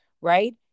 right